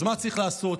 אז מה צריך לעשות?